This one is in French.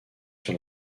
sur